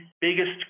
biggest